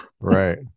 right